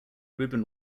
reuben